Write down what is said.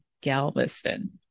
Galveston